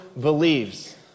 believes